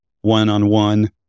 one-on-one